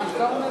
מה שאתה אומר,